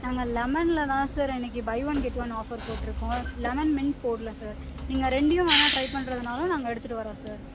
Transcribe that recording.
நாங்கள் லெமனில் தான் சார் இன்னைக்கி buy one get one offer போடுருக்கோம் லெமன் மின்ட் போடலை சார் நீங்கள் ரெண்டையும் வேணால் ட்ரை பண்ணுறதுனாலும் நாங்கள் எடுத்துகிட்டு வரோம் சார்